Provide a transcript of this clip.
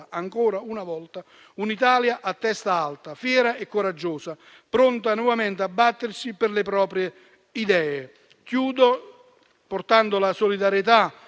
ancora una volta un'Italia a testa alta, fiera e coraggiosa, pronta nuovamente a battersi per le proprie idee. Esprimo, in conclusione, solidarietà